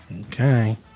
Okay